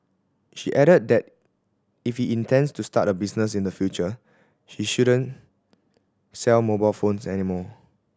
she added that if he intends to start a business in the future he shouldn't sell mobile phones any more